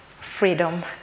freedom